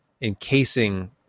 encasing